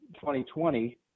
2020